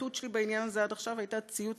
ההתבטאות שלי בעניין הזה עד עכשיו הייתה ציוץ